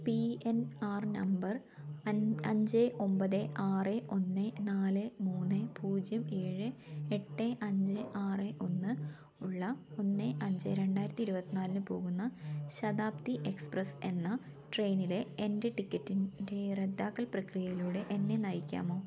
P N R number അഞ്ച് ഒമ്പത് ആറ് ഒന്ന് നാല് മൂന്ന് പൂജ്യം ഏഴ് എട്ട് അഞ്ച് ആറ് ഒന്ന് ഉള്ള ഒന്ന് അഞ്ച് രണ്ടായിരത്തി ഇരുപത്തിനാലിനു പോകുന്ന ശതാബ്ദി എക്സ്പ്രസ് എന്ന ട്രെയ്നിലെ എന്റെ ടിക്കറ്റിന്റെ റദ്ദാക്കൽ പ്രക്രിയയിലൂടെ എന്നെ നയിക്കാമോ